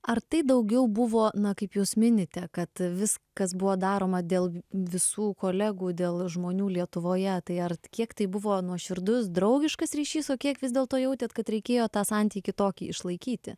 ar tai daugiau buvo na kaip jūs minite kad viskas buvo daroma dėl visų kolegų dėl žmonių lietuvoje tai art kiek tai buvo nuoširdus draugiškas ryšys o kiek vis dėlto jautėt kad reikėjo tą santykį tokį išlaikyti